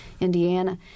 Indiana